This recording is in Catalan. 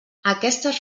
aquestes